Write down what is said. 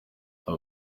abo